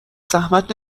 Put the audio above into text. زحمت